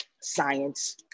science